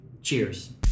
Cheers